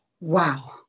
Wow